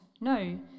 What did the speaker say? no